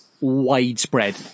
widespread